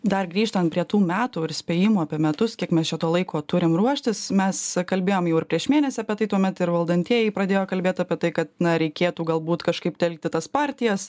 dar grįžtant prie tų metų ir spėjimų apie metus kiek mes čia to laiko turim ruoštis mes kalbėjom jau ir prieš mėnesį apie tai tuomet ir valdantieji pradėjo kalbėt apie tai kad na reikėtų galbūt kažkaip telkti tas partijas